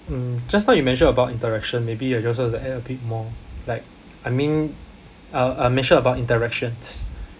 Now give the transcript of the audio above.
mm just now you mention about interaction maybe like I'll also like to add a bit more like I mean I'll I'll mention about interactions